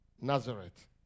Nazareth